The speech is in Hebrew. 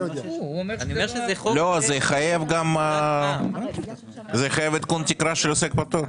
זה יחייב גם עדכון תקרה של עוסק פטור.